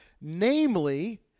Namely